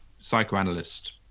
psychoanalyst